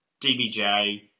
DBJ